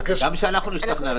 גם כדי שאנחנו נשתכנע.